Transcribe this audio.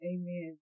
Amen